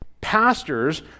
pastors